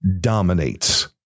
dominates